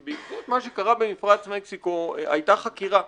כי בעקבות מה שקרה במפרץ מקסיקו הייתה חקירה.